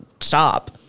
Stop